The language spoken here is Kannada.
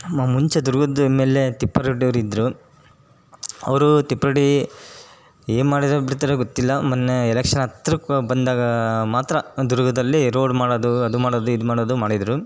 ಮ ಮುಂಚೆ ದುರ್ಗದ ಎಮ್ ಎಲ್ ಎ ತಿಪ್ಪಾರೆಡ್ಡಿ ಅವ್ರು ಇದ್ದರು ಅವರು ತಿಪ್ಪಾರೆಡ್ಡಿ ಏನು ಮಾಡಿದರೊ ಬಿಡ್ತಾರೊ ಗೊತ್ತಿಲ್ಲ ಮೊನ್ನೆ ಎಲೆಕ್ಷನ್ ಹತ್ರಕ್ಕೆ ಬಂದಾಗ ಮಾತ್ರ ದುರ್ಗದಲ್ಲಿ ರೋಡ್ ಮಾಡೋದು ಅದು ಮಾಡೋದು ಇದು ಮಾಡೋದು ಮಾಡಿದರು